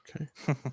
Okay